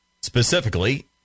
specifically